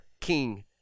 king